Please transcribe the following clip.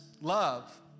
love